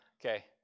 Okay